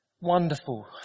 Wonderful